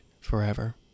forever